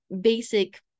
basic